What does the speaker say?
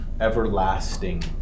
everlasting